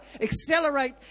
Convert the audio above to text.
accelerate